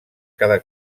cada